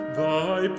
thy